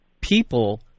people